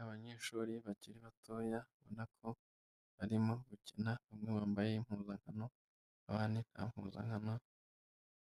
Abanyeshuri bakiri batoya ubona ko barimo gukina, bamwe bambaye impuzankano, abandi nta mpuzankano